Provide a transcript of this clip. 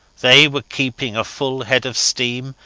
they were keeping a full head of steam,